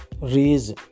raise